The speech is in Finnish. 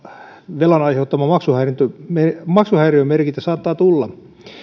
velan aiheuttama maksuhäiriömerkintä maksuhäiriömerkintä saattaa tulla